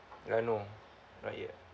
ah no not yet